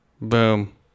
Boom